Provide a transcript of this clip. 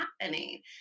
happening